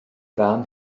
fam